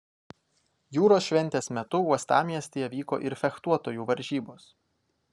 jūros šventės metu uostamiestyje vyko ir fechtuotojų varžybos